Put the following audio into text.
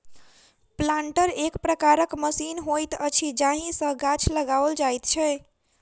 planter एक प्रकारक machine होइत अछि जाहि सॅ गाछ लगाओल जाइत छै